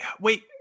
Wait